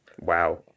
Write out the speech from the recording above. Wow